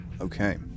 Okay